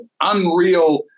unreal